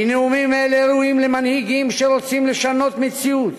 כי נאומים אלה ראויים למנהיגים שרוצים לשנות מציאות,